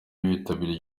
bitabiriye